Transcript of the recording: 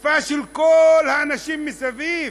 שפה של כל האנשים מסביב.